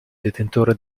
detentore